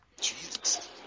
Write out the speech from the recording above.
Jesus